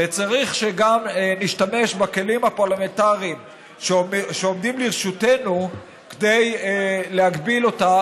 וצריך שגם נשתמש בכלים הפרלמנטריים שעומדים לרשותנו כדי להגביל אותה,